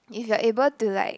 if you're able to like